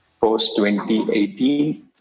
post-2018